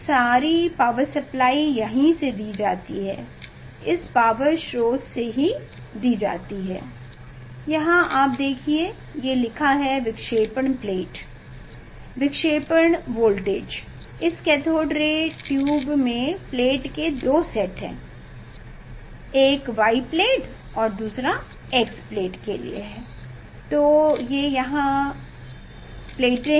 सारी power supply यहाँ से दी जाती है इस पावर स्रोत से दी जाती है यहाँ आप देखिए ये लिखा है विक्षेपण वोल्टेज विक्षेपण वोल्टेज इस कैथोड रे ट्यूब में प्लेट के दो सेट हैं एक Y प्लेट के लिए है और दूसरा X प्लेट के लिए है तो ये यहां प्लेटें हैं